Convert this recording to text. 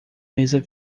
mesa